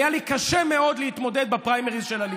היה לי קשה מאוד להתמודד בפריימריז של הליכוד.